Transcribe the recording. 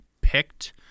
picked